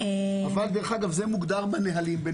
דרך אגב, זה מוגדר בנהלים.